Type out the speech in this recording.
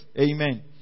Amen